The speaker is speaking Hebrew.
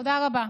תודה רבה.